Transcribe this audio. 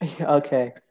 Okay